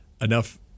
enough